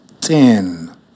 ten